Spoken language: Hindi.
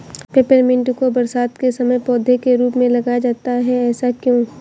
पेपरमिंट को बरसात के समय पौधे के रूप में लगाया जाता है ऐसा क्यो?